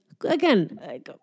again